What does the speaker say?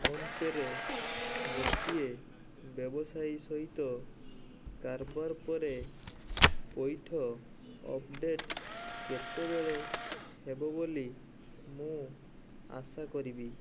phone ପେ'ରେ ଗୋଟିଏ ବ୍ୟବସାୟୀ ସହିତ କାରବାର ପରେ ପଇଠ ଅପଡ଼େଟ୍ କେତେବେଳେ ହେବ ବୋଲି ମୁଁ ଆଶା କରିବି